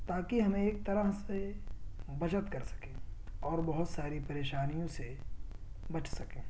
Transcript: تاکہ ہمیں ایک طرح سے بچت کر سکیں اور بہت ساری پریشانیوں سے بچ سکیں